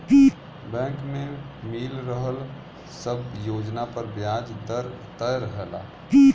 bank में मिल रहल सब योजना पर ब्याज दर तय रहला